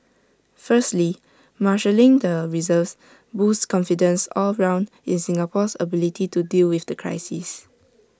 firstly marshalling the reserves boosts confidence all round in Singapore's ability to deal with the crisis